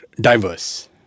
diverse